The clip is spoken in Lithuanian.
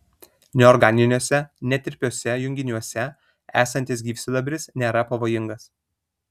neorganiniuose netirpiuose junginiuose esantis gyvsidabris nėra pavojingas